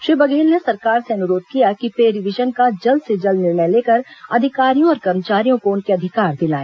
श्री बघेल ने सरकार से अनुरोध किया कि पे रिवीजन का जल्द से जल्द निर्णय लेकर अधिकारियों और कर्मचारियों को उनके अधिकार दिलाए